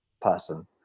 person